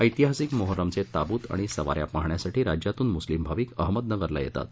ऐतिहासिक मोहरमचे ताबूत आणि सवाऱ्या पाहण्यासाठी राज्यातून मुस्लिम भाविक अहमदनगर ला येतात